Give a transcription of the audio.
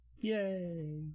Yay